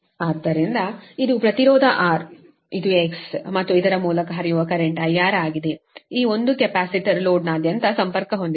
ಆದ್ದರಿಂದ ಇದು ಪ್ರತಿರೋಧ R ಇದು X ಮತ್ತು ಇದರ ಮೂಲಕ ಹರಿಯುವ ಕರೆಂಟ್ IR ಆಗಿದೆ ಈ ಒಂದು ಕೆಪಾಸಿಟರ್ ಲೋಡ್ನಾದ್ಯಂತ ಸಂಪರ್ಕ ಹೊಂದಿದೆ